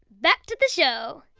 back to the show